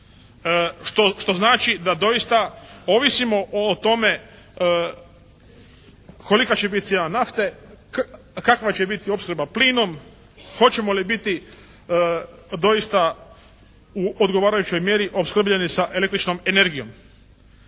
što znači da doista ovisimo o tome kolika će biti cijena nafte, kakva će biti opskrba plinom, hoćemo li biti doista u odgovarajućoj mjeri opskrbljeni sa električnom energijom.